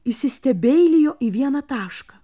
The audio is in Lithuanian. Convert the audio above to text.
įsistebeilijo į vieną tašką